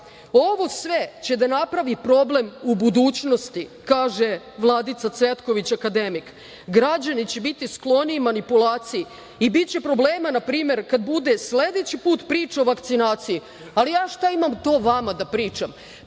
Ovo sve će da napravi problem u budućnosti i kaže Vladica Cvetković akademik – građani će biti skloni manipulaciji i biće problema npr. kada bude sledeći put priča o vakcinaciji, ali šta ja imam to vama da pričam. Vi